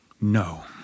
No